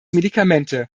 medikamente